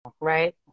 right